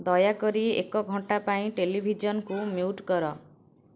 ଦୟାକରି ଏକ ଘଣ୍ଟା ପାଇଁ ଟେଲିଭିଜନକୁ ମ୍ୟୁଟ୍ କର